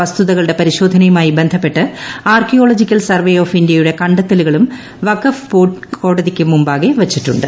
വസ്തുതകളുടെ പരിശോധനയുമായി ബന്ധപ്പെട്ട് ചരിത്ര ആർക്കിയോളജിക്കൽ സർവ്വെ ഓഫ് ഇന്ത്യയുടെ കണ്ടെത്തലുകളും വഖഫ് ബോർഡ് കോടതിക്ക് മുമ്പാകെ വച്ചിട്ടുണ്ട്